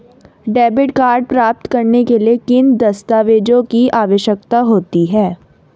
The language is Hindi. डेबिट कार्ड प्राप्त करने के लिए किन दस्तावेज़ों की आवश्यकता होती है?